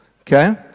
Okay